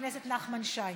שמספרן 10319,